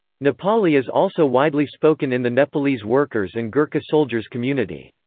nepali is also widely spoken in the nepalese workers and gurkha soldiers community.